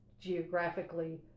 geographically